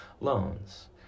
loans